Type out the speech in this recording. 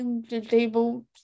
disabled